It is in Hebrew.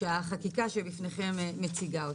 ואת הפישוט הזה החקיקה שבפניכם מציגה.